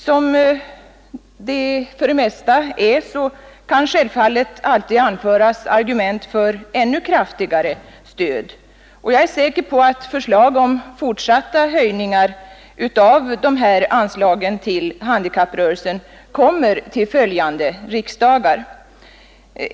Som det för det mesta är kan självfallet alltid argument anföras för ännu kraftigare stöd. Jag är säker på att förslag om fortsatta höjningar av anslagen till handikapprörelsen kommer till följande riksdagar.